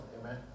Amen